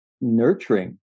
nurturing